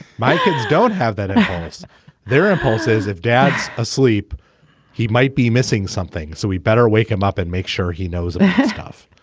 my kids don't have that and their impulses if dad's asleep he might be missing something so we better wake him up and make sure he knows his stuff.